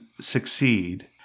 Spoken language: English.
succeed